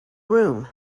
room